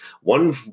One